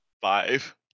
five